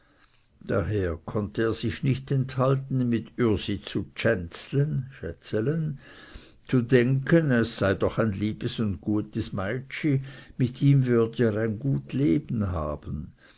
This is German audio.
daher konnte er sich nicht enthalten mit ürsi zu tschänzlen zu denken es sei doch ein liebes und gutes meitschi und mit ihm würde er ein gut leben haben